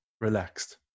relaxed